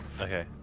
Okay